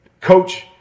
coach